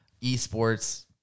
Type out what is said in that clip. esports